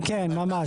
כן, ממש.